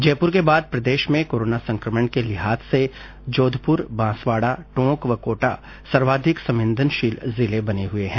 जयपुर के बाद प्रदेश में कोरोना संकमण के लिहाज से जोधपुर बांसवाडा टोंक व कोटा सर्वाधिक संवेदनशील जिले बने हुए है